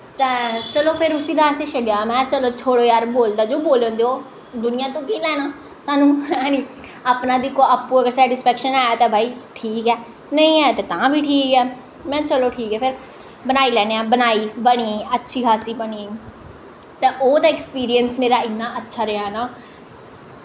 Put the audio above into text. तो चलो फिर उस्सी ते असें छड्डेआ महै छोड़ो जो बोलदा बोलन देओ दुनियां तो केह् लैना सानूं हैनी अपना दिक्खो आपूं सैटिस्पैक्शन ऐ तां भाई ठीक ऐ नेईं ऐ तां बी ठीक ऐ महै चलो ठीक ऐ फिर बनाई लैन्ने आं अच्छी खास्सी बनी ते ओह् ते अक्सपिरिंस मेरा इन्ना अच्छा रेहा ना